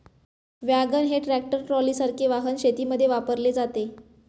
wagon हे tractor ट्रॉलीसारखे वाहन शेतीमध्ये वापरले जाते